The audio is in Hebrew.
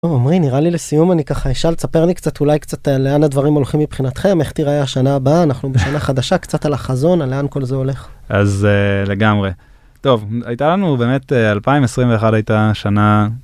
טוב עומרי נראה לי לסיום אני ככה אשאל, תספר לי קצת אולי קצת לאן הדברים הולכים מבחינתכם איך תראה השנה הבאה, אנחנו בשנה חדשה, קצת על החזון על לאן כל זה הולך. אז לגמרי, טוב הייתה לנו באמת 2021 הייתה שנה.